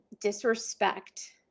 disrespect